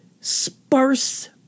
sparse